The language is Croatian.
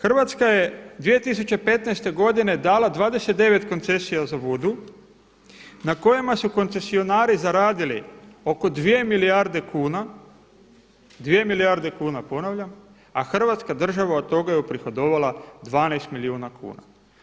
Hrvatske je 2015. godine dala 29 koncesija za vodu na kojima su koncesionari zaradili oko 2 milijarde kuna, 2 milijarde kuna ponavljam, a Hrvatska država od toga je uprihodovala 12 milijuna kuna.